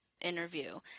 interview